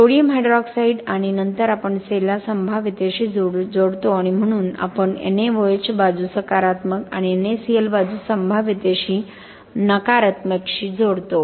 NaOH आणि नंतर आपण सेलला संभाव्यतेशी जोडतो म्हणून आपण NaOH बाजू धन आणि NaCl बाजू संभाव्यतेच्या ऋणशी जोडतो